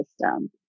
system